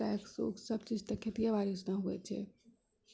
tax उक्स सब चीज तऽ खेतिए बाड़ीसँ ने होइ छै